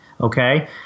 Okay